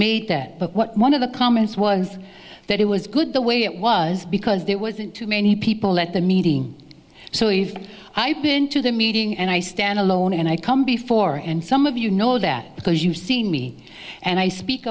made that but one of the comments was that it was good the way it was because there wasn't too many people at the meeting so we've i've been to the meeting and i stand alone and i come before and some of you know that because you've seen me and i speak